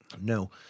No